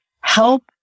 help